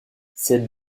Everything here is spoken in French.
cette